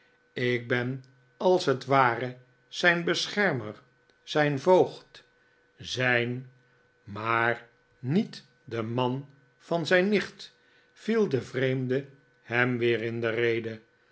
ik ben als het ware zijn beschermer zijn voogd zijn maar niet de man van zijn nicht viel de vreemde hem weer in de rede